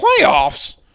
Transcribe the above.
Playoffs